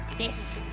this.